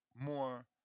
more